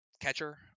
catcher